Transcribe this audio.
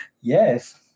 yes